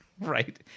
right